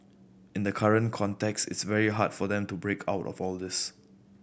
in the current context it's very hard for them to break out of all this